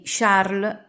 Charles